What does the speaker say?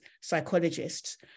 psychologists